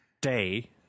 day